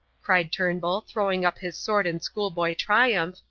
cried turnbull, throwing up his sword in schoolboy triumph,